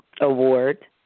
Award